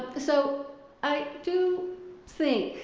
so i do think,